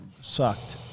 sucked